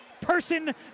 person